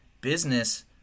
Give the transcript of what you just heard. business